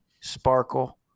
Sparkle